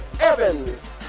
Evans